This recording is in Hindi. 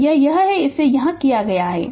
तो वह यह है कि इसे यहाँ किया गया है